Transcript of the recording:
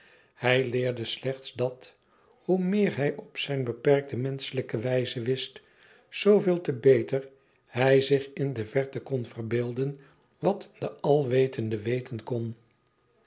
hij leerde slechts dat hoe meer hij op zijne beperkte menschelijke wijze wist zooveel te beter hij zich in de verte kon verbeelden wat de alwetendheid weten kon